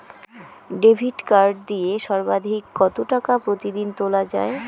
Debit card দিয়ে সর্বাধিক কত টাকা প্রতিদিন তোলা য়ায়?